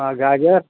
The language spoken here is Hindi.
गाजर